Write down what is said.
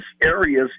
areas